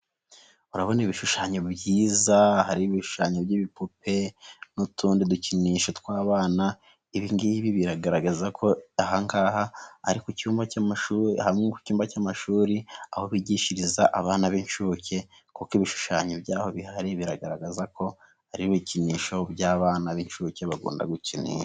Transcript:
Urabona ibishushanyo byiza ahari ibishushanyo by'ibipupe n'utundi dukinisho tw'abana, ibi ngibi biragaragaza ko aha ngaha ari ku cyumba, icyumba cy'amashuri aho bigishiriza abana b'inshuke kuko ibishushanyo by'aho bihari biragaragaza ko ari ibikinisho by'abana b'incuke bagomba gukinisha.